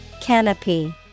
canopy